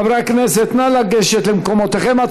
חברי הכנסת, נא לגשת למקומותיכם.